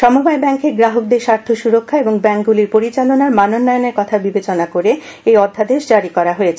সমবায় ব্যাঙ্কের গ্রাহকদের স্বার্থ সুরক্ষা এবং ব্যাঙ্কগুলির পরিচালনের মানোল্লয়ন কথা বিবেচনা করে এই অধ্যাদেশ জারি করা হয়েছে